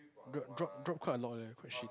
drop drop drop quite a lot leh quite shit